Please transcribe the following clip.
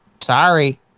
Sorry